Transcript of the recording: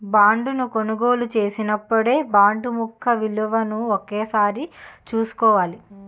బాండును కొనుగోలు చేసినపుడే బాండు ముఖ విలువను ఒకసారి చూసుకోవాల